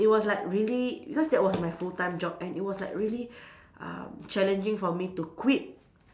it was like really because that was my full time job and it was like really um challenging for me to quit